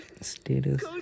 status